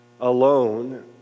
alone